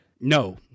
No